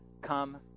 come